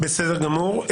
בסדר גמור.